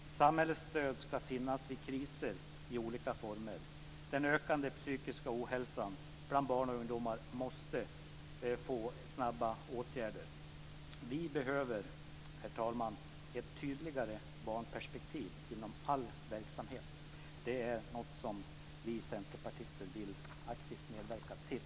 Samhällets stöd ska finnas vid kriser i olika former. Den ökande psykiska ohälsan bland barn och ungdomar måste snabbt åtgärdas. Vi behöver, herr talman, ett tydligare barnperspektiv inom all verksamhet. Det är något som vi centerpartister aktivt vill medverka till.